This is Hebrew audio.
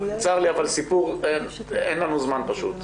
צר לי, אבל אין לנו זמן לסיפור.